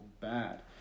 bad